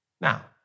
Now